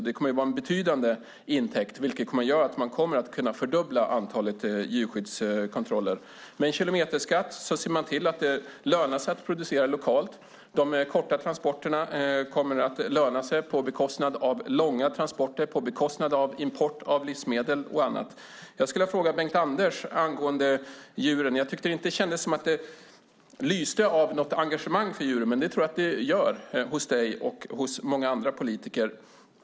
Det kommer att vara en betydande intäkt. Man kommer att kunna fördubbla antalet djurskyddskontroller. Med en kilometerskatt ser man till att det lönar sig att producera lokalt. De korta transporterna kommer att löna sig på bekostnad av långa transporter och import av livsmedel och annat. Jag vill ställa en fråga till Bengt-Anders om djuren. Jag tyckte inte att det lyste av engagemang för djuren, men jag tror att det finns hos dig och många andra politiker.